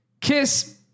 kiss